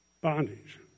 bondage